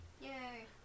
Yay